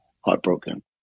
heartbroken